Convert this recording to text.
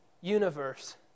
universe